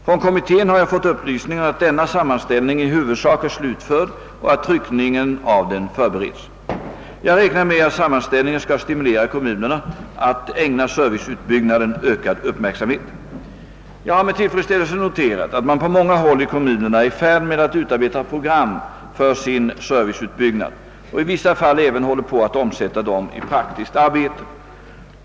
Från kommittén har jag fått upplysningen att denna sammanställning i huvudsak är slutförd och att tryckningen av den förbereds. Jag. räknar med att sammanställningen skall stimulera kommunerna att ägna serviceutbyggnaden ökad uppmärksamhet. Jag har med tillfredsställelse noterat att man på många håll i kommunerna är i färd med att utarbeta program för sin serviceutbyggnad och i vissa fall även håller på att omsätta dem i praktiskt arbete.